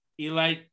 Eli